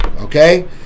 okay